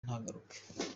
ntagaruke